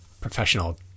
professional